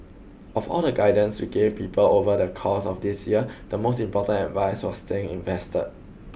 of all the guidance we gave people over the course of this year the most important advice was staying invested